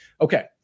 Okay